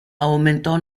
aumentò